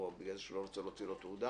או בגלל זה שהוא לא רצה להוציא לו תעודה